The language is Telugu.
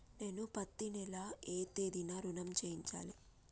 నేను పత్తి నెల ఏ తేదీనా ఋణం చెల్లించాలి?